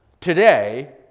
today